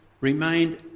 remained